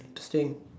interesting